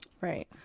Right